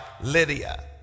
Lydia